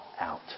out